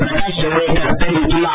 பிரகாஷ் ஜவுடேகர் தெரிவித்துள்ளார்